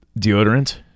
Deodorant